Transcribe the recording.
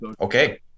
okay